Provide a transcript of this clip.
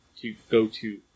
to-go-to